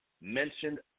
mentioned